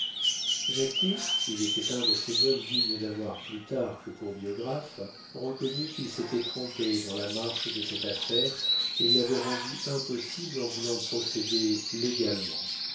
jacquet il était un de ces hommes dignes d'avoir plutarque pour biographe reconnut qu'il s'était trompé dans la marche de cette affaire et l'avait rendue impossible en voulant procéder légalement